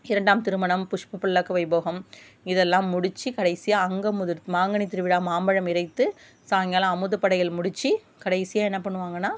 இரண்டாம் திருமணம் புஷ்பப்பல்லாக்கு வைபோகம் இதெல்லாம் முடிச்சு கடைசியாக அங்கம் உதிர்த்து மாங்கனி திருவிழா மாம்பழம் இரைத்து சாயங்காலம் அமுதப்படையல் முடிச்சு கடைசியாக என்ன பண்ணுவாங்கன்னா